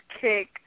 kick